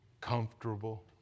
comfortable